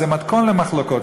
זה מתכון למחלוקות.